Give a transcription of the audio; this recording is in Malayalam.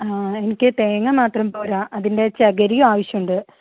ആ എനിക്ക് തേങ്ങ മാത്രം പോര അതിൻ്റെ ചകിരിയും ആവശ്യുണ്ട്